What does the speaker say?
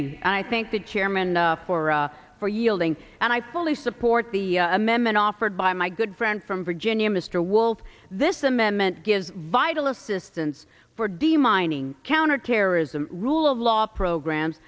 you i think the chairman for for yielding and i fully support the amendment offered by my good friend from virginia mr wolf this amendment gives vital assistance for demining counterterrorism rule of law program